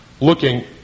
looking